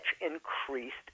increased